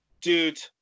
Dude